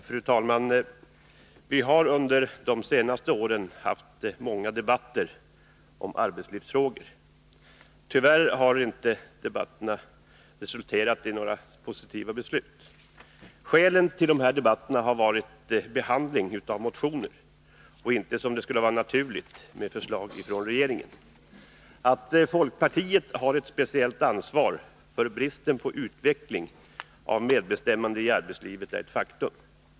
Fru talman! Vi har under de senaste åren haft många debatter om arbetslivsfrågor. Tyvärr har inte debatterna resulterat i några positiva beslut. Dessa debatter har gällt behandling av motioner och inte, som skulle ha varit naturligt, förslag från regeringen. Att folkpartiet har ett speciellt ansvar för bristen på utveckling av medbestämmande i arbetslivet är ett faktum.